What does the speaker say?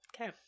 Okay